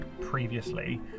previously